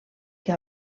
que